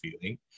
feeling